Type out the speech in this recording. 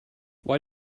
why